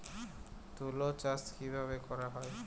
তুলো চাষ কিভাবে করা হয়?